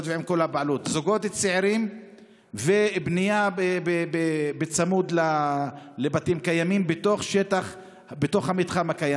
וכל הבעלות: זוגות צעירים ובנייה צמוד לבתים קיימים בתוך המתחם הקיים.